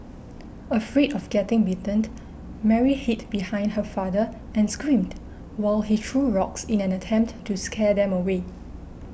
afraid of getting bitten Mary hid behind her father and screamed while he threw rocks in an attempt to scare them away